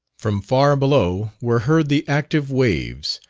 from far below were heard the active waves,